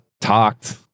talked